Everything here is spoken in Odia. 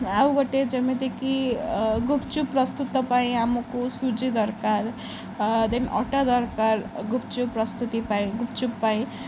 ଆଉ ଗୋଟେ ଯେମିତିକି ଗୁପ୍ଚୁପ୍ ପ୍ରସ୍ତୁତ ପାଇଁ ଆମକୁ ସୁଜି ଦରକାର ଦେନ୍ ଅଟା ଦରକାର ଗୁପ୍ଚୁପ୍ ପ୍ରସ୍ତୁତି ପାଇଁ ଗୁପ୍ଚୁପ୍ ପାଇଁ